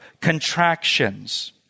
contractions